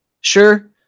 Sure